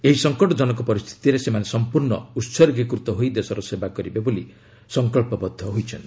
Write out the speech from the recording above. ଏହି ସଂକଟଜନକ ପରିସ୍ଥିତିରେ ସେମାନେ ସମ୍ପର୍ଷ୍ଣ ଉତ୍ସର୍ଗୀକୃତ ହୋଇ ଦେଶର ସେବା କରିବେ ବୋଲି ସଂକଳ୍ପବଦ୍ଧ ହୋଇଛନ୍ତି